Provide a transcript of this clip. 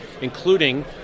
including